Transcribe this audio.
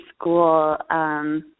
school –